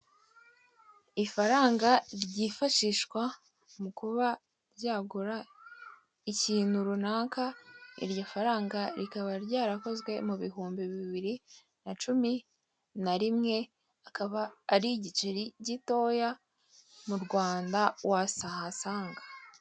Ifaranga ryifashishwa mukuba ryagura ikintu runaka iryo faranga rikaba ryarakozwe mubihumbi bibiri na cumi na rimwe, akaba ari igiceri gitoya murwanda wahasanga.